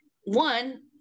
one